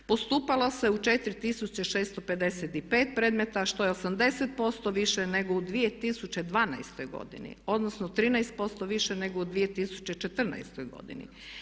Postupalo se u 4655 predmeta što je 80% više nego u 2012.godini odnosno 13% više u 2014.godini.